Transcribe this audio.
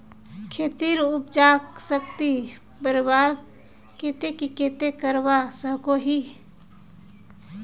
खेतेर उपजाऊ शक्ति बढ़वार केते की की करवा सकोहो ही?